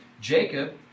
Jacob